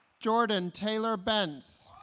jordan taylor bentz